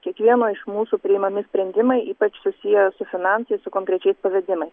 kiekvieno iš mūsų priimami sprendimai ypač susiję su finansais su konkrečiais pavedimai